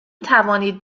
توانید